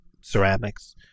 ceramics